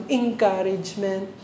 encouragement